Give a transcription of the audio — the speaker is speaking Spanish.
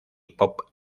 pop